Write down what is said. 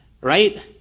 Right